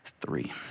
three